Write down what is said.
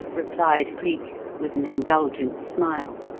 replied cleek with an indulgent smile.